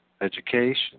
education